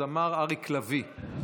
נולד הזמר אריק לביא.